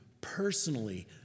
personally